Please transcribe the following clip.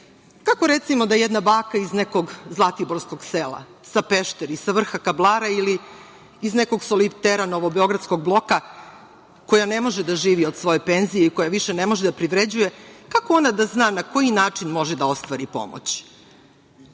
recimo, da jedna baka iz nekog zlatiborskog sela, sa Pešteri, sa vrha Kablara, ili iz nekog solitera novobeogradskog bloka, koja ne može da živi od svoje penzije i koja više ne može da privređuje, kako ona da zna na koji način može da ostvari pomoć.